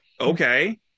Okay